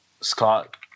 Scott